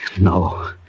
No